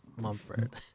Mumford